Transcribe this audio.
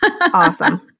Awesome